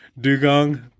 Dugong